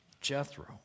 Jethro